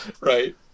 Right